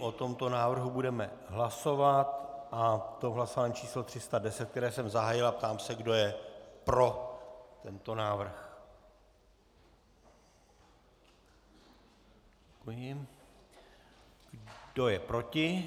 O tomto návrhu budeme hlasovat, a to v hlasování číslo 310, které jsem zahájil, a ptám se, kdo je pro tento návrh, kdo je proti?